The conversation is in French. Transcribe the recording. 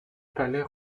palais